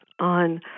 on